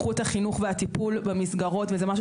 איכות החינוך והטיפול במסגרות וזה משהו